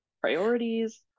priorities